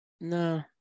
No